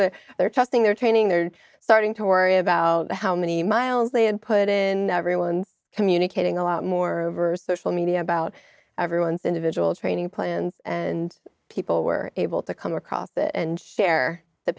that they're trusting their training they're starting to worry about how many miles they had put in everyone's communicating a lot more over social media about everyone's individual training plans and people were able to come across and share the